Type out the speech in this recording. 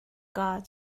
got